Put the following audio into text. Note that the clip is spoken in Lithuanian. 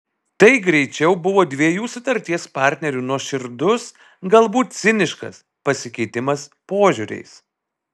tai greičiau buvo dviejų sutarties partnerių nuoširdus galbūt ciniškas pasikeitimas požiūriais